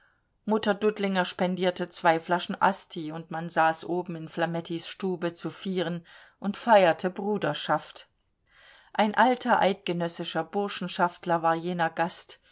mutter dudlinger spendierte zwei flaschen asti und man saß oben in flamettis stube zu vieren und feierte bruderschaft ein alter eidgenössischer burschenschaftler war jener gast